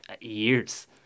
years